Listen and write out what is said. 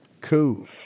Cool